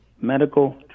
medical